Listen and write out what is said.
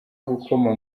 gukoma